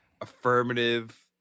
affirmative